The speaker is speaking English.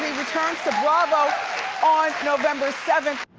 returns to bravo on november seventh.